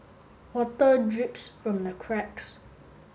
water drips from the cracks